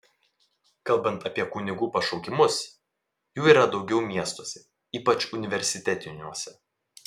kalbant apie kunigų pašaukimus jų yra daugiau miestuose ypač universitetiniuose